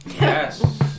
Yes